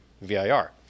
VIR